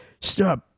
stop